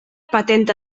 patenta